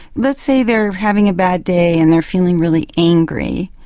let's say they are having a bad day and they are feeling really angry.